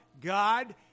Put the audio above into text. God